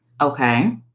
Okay